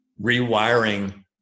rewiring